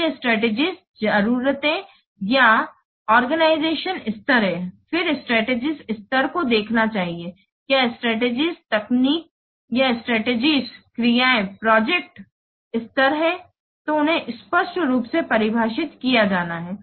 तो ये स्ट्रेटेजीज जरूरतें या आर्गेनाइजेशन स्तर हैं फिर स्ट्रेटेजीज स्तर को देखना चाहिए क्या स्ट्रेटेजीज तकनीक या स्ट्रेटेजीज क्रियाएं प्रोजेक्ट्स स्तर हैं तो उन्हें स्पष्ट रूप से परिभाषित किया जाना है